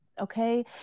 Okay